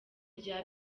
rye